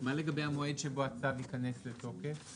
זו שאלה מקצועית שאנשי המקצוע צריכים לתת תשובה.